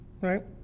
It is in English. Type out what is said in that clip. Right